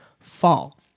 fall